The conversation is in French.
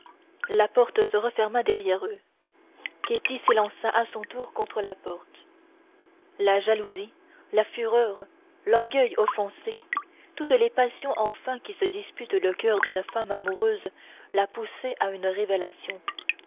la porte se referma derrière eux ketty s'élança à son tour contre la porte la jalousie la fureur l'orgueil offensé toutes les passions enfin qui se disputent le coeur d'une femme amoureuse la poussaient à une révélation